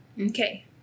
Okay